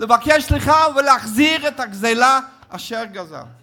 לבקש סליחה ולהחזיר את הגזלה אשר גזל.